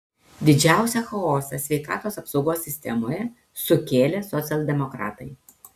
didžiausią chaosą sveikatos apsaugos sistemoje sukėlė socialdemokratai